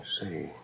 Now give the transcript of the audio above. see